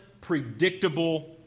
predictable